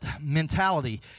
mentality